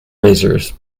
razors